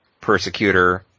Persecutor